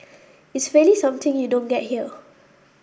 it's really something you don't get here